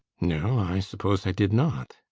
no, i suppose i did not.